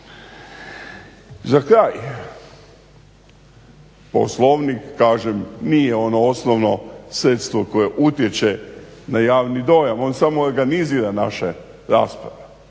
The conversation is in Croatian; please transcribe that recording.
Za kraj Poslovnik kažem nije ono osnovno sredstvo koje utječe na javni dojam, on samo organizira naše rasprave.